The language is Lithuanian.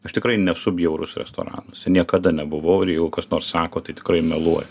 aš tikrai nesu bjaurus restoranuose niekada nebuvau ir jeigu kas nors sako tai tikrai meluoja